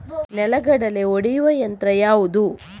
ನೆಲಗಡಲೆ ಒಡೆಯುವ ಯಂತ್ರ ಯಾವುದು?